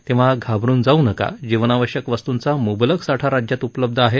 तेव्हा घाबरुन जाऊ नका जीवनावश्यक वस्तूंचा मुंबलक साठा राज्यात उपलब्ध आहे